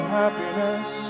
happiness